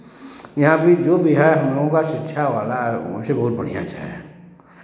यहाँ पे जो भी है हम लोगों का शिक्षा वाला वैसे बहुत बढ़ियाँ से है